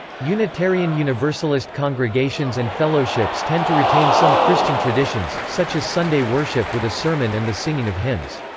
unitarian universalist congregations and fellowships tend to retain some christian traditions, such as sunday worship with a sermon and the singing of hymns.